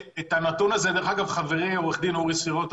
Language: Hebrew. חברי עו"ד סירוטה,